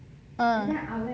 ah